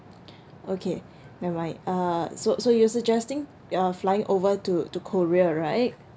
okay never mind uh so so you're suggesting flying over to to korea right